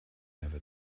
never